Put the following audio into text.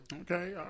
Okay